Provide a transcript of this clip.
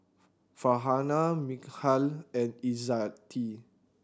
Farhanah Mikhail and Izzati